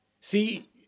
see